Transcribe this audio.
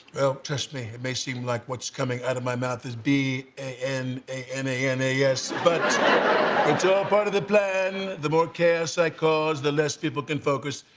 trust me. it may seem like what's coming out of my mouth is be an a in a in a yes but it's all part of the plan. the more caps i cause the less people can focus.